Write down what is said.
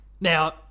now